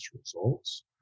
results